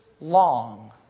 long